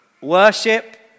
Worship